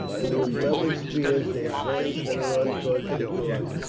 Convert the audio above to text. and with levelled spears they advanced at a run towards the doors.